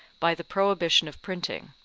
by the prohibition of printing.